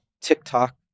TikTok